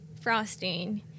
frosting